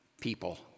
people